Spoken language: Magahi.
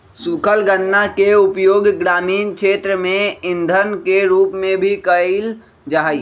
सूखल गन्ना के उपयोग ग्रामीण क्षेत्र में इंधन के रूप में भी कइल जाहई